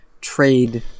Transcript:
trade